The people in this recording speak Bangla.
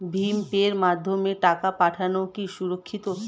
ভিম পের মাধ্যমে টাকা পাঠানো কি সুরক্ষিত?